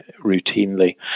routinely